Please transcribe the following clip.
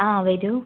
ആ വരൂ